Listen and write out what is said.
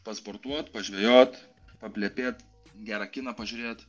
pasportuot pažvejot paplepėt gerą kiną pažiūrėt